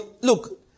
Look